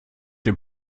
den